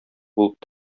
булып